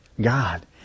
God